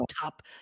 top